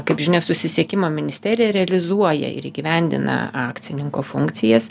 kaip žinia susisiekimo ministerija realizuoja ir įgyvendina akcininko funkcijas